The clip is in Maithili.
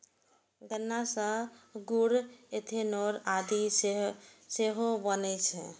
गन्ना सं गुड़, इथेनॉल आदि सेहो बनै छै